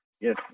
Yes